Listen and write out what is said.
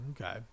okay